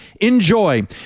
Enjoy